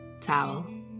Towel